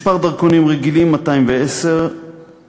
מספר הדרכונים הרגילים, 210,000,